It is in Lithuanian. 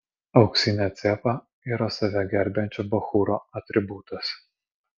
auksinė cepa yra save gerbiančio bachūro atributas